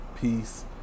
Peace